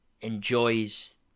enjoys